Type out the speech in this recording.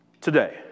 Today